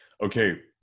Okay